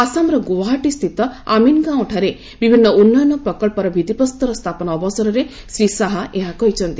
ଆସାମ୍ର ଗୁଆହାଟୀସ୍ଥିତ ଆମିନ୍ଗାଓଁଠାରେ ବିଭିନ୍ନ ଉନ୍ନୟନ ପ୍ରକଳ୍ପର ଭିଭିପ୍ରସ୍ତର ସ୍ଥାପନ ଅବସରରେ ଶ୍ରୀ ଶାହା ଏହା କହିଛନ୍ତି